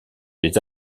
les